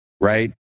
right